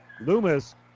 Loomis